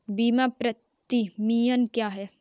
बीमा प्रीमियम क्या है?